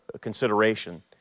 consideration